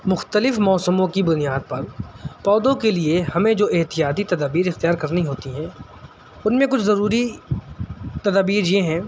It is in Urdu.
مختلف موسموں کی بنیاد پر پودوں کے لیے ہمیں جو احتیاطی تدابیر اختیار کرنی ہوتی ہیں ان میں کچھ ضروری تدابیر یہ ہیں